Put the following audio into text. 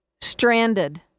Stranded